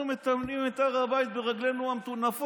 אנחנו מטמאים את הר הבית ברגלינו המטונפות?